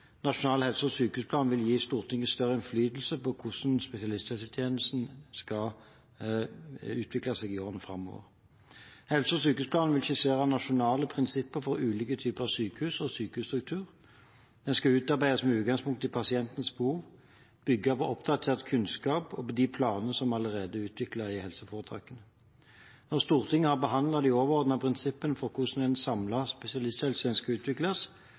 Nasjonal helse- og sykehusplan vil gi Stortinget større innflytelse på hvordan spesialisthelsetjenesten skal utvikle seg i årene framover. Helse- og sykehusplanen vil skissere nasjonale prinsipper for ulike typer sykehus og sykehusstruktur. Den skal utarbeides med utgangspunkt i pasientenes behov, bygge på oppdatert kunnskap og på de planene som allerede er utviklet i helseforetakene. Når Stortinget har behandlet de overordnede prinsippene for hvordan en samlet spesialisthelsetjeneste skal utvikles,